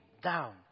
down